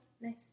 Nice